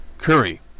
Curry